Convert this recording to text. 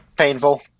Painful